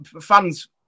fans